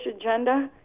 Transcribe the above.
agenda